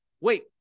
wait